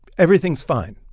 everything's fine,